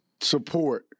support